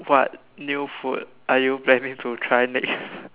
what new food are you planning to try next